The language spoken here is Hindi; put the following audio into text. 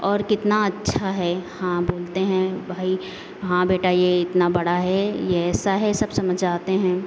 और कितना अच्छा है हाँ बोलते हैं भाई हाँ बेटा ये इतना बड़ा है ये ऐसा है सब समझाते हैं